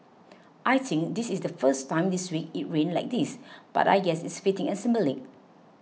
I think this is the first time this week it rained like this but I guess it's fitting and symbolic